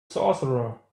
sorcerer